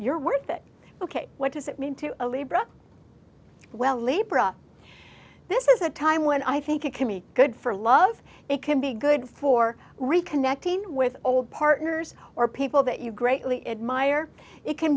you're worth it ok what does it mean to a libra well libra this is a time when i think it can be good for love it can be good for reconnecting with old partners or people that you greatly admire it can